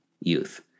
youth